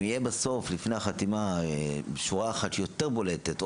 אם יהיה בסוף לפני החתימה שורה אחת שהיא יותר בולטת,